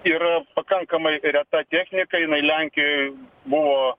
yra pakankamai reta technika jinai lenkijoj buvo